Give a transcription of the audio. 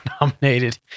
nominated